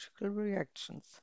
reactions